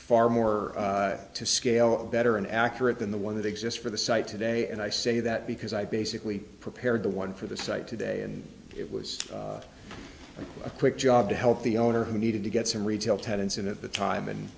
far more to scale better and accurate than the one that exists for the site today and i say that because i basically prepared the one for the site today and it was a quick job to help the owner who needed to get some retail tenants in at the time and